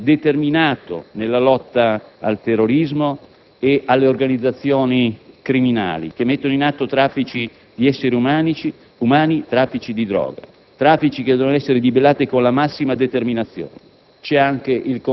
un *partner* determinato nella lotta al terrorismo e alle organizzazioni criminali che mettono in atto traffici di esseri umani e di droga; traffici che devono essere debellati con la massima determinazione.